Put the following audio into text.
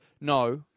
No